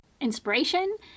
inspiration